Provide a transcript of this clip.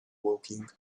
woking